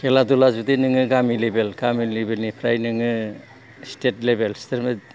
खेला दुला जुदि नोङो गामि लेभेलनिफ्राय नोङो स्टेट लेबेल